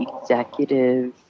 executive